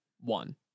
one